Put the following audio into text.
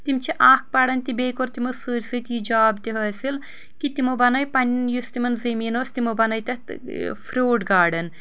تم چھِ اکھ پران تہِ بییٚہِ کوٚر تِمو سۭتۍ سۭتۍ یہِ جاب تہِ حٲصل کہ تمو بنٲے پنٕنۍ یُس تمن زمیٖن اوس تمو بنٲے تتھ فروٹ گاڑن